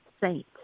saint